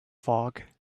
fog